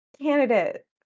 candidate